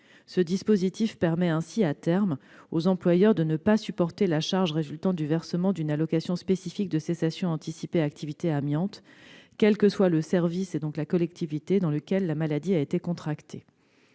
Ce dispositif permet aux employeurs de ne pas supporter, à terme, la charge résultant du versement de l'allocation spécifique de cessation anticipée d'activité amiante, quel que soit le service ou la collectivité dans lequel la maladie a été contractée.